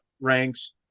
ranks